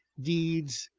deeds,